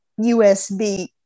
USB